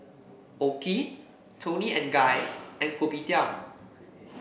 OKI Toni and Guy and Kopitiam